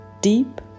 deep